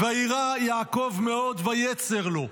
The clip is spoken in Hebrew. "וירא יעקב מאד וַיֵּצֶר לו".